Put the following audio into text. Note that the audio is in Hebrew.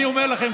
אני אומר לכם,